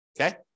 Okay